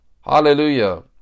Hallelujah